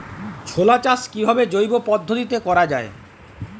ছোলা চাষ কিভাবে জৈব পদ্ধতিতে করা যায়?